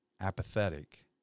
apathetic